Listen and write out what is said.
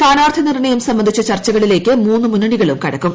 സ്ഥാനാർത്ഥി നിർണയം സംബന്ധിച്ച ചർച്ചകളിലേക്ക് മൂന്നു മുന്നണികളും കടക്കും